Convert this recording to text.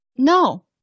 No